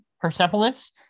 Persepolis